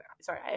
sorry